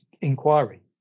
inquiry